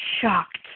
shocked